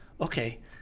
okay